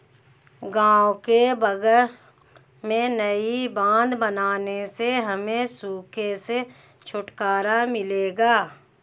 गांव के बगल में नई बांध बनने से हमें सूखे से छुटकारा मिलेगा